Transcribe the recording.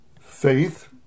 Faith